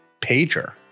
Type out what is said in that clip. pager